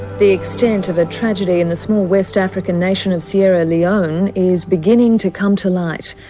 the extent of a tragedy in the small west african nation of sierra leone is beginning to come to light.